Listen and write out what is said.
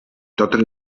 totes